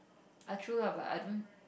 ah true lah but I don't